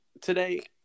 today